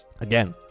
Again